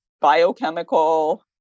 biochemical